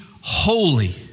holy